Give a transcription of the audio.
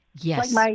Yes